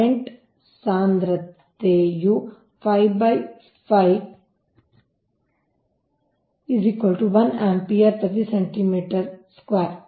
ಆದ್ದರಿಂದಕರೆಂಟ್ ಸಾಂದ್ರತೆಯು 55 1 ಆಂಪಿಯರ್ ಪ್ರತಿ ಸೆಂಟಿಮೀಟರ್ ಚದರ